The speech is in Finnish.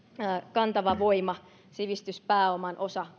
kantava voima meidän yhteiskunnassa sivistyspääoman osa